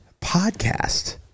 podcast